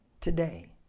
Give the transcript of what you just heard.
today